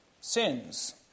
sins